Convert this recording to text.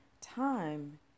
Time